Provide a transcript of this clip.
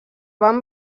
van